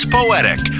Poetic